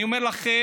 אני אומר לכם,